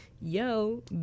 yo